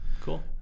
Cool